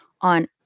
on